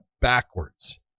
backwards